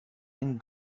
and